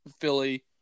Philly